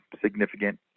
significant